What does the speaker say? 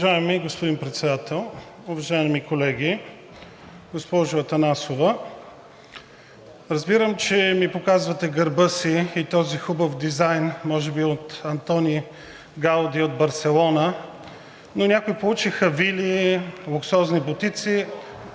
Уважаеми господин Председател, уважаеми колеги! Госпожо Атанасова, разбирам, че ми показвате гърба си и този хубав дизайн, може би от Антони Гауди от Барселона, но някои получиха вили, луксозни бутици,